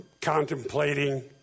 contemplating